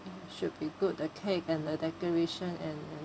should be good the cake and the decoration and and